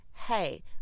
hey